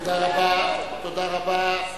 תודה רבה, תודה רבה.